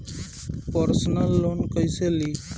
Personal loan कैसे ली?